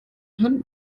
hand